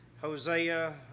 Hosea